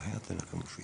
צוהריים טובים לכולם.